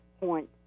point